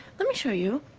let me show you.